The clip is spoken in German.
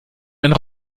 einen